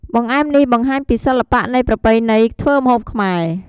បង្អែមនេះបង្ហាញពីសិល្បៈនៃប្រពៃណីធ្វើម្ហូបខ្មែរ។